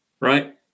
Right